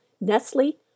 Nestle